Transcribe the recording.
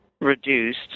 reduced